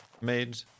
made